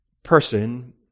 Person